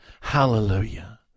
Hallelujah